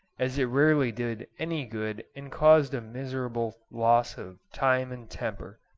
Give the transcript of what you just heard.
as it rarely did any good and caused a miserable loss of time and temper.